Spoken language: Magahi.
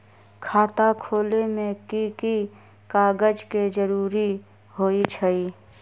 खाता खोले में कि की कागज के जरूरी होई छइ?